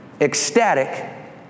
ecstatic